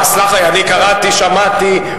סלח לי, אני קראתי, שמעתי.